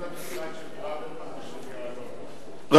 של ברוורמן ושל יעלון.